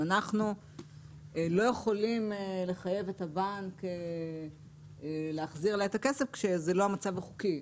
אנחנו לא יכולים לחייב את הבנק להחזיר לה את הכסף כשזה לא המצב החוקי.